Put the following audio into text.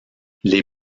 les